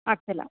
ಆಗ್ತಿಲ್ಲ